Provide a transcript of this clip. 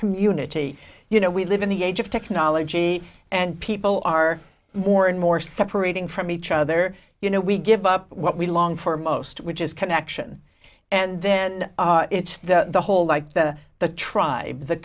community you know we live in the age of technology and people are more and more separating from each other you know we give up what we long for most which is connection and then it's the whole like then the tribe the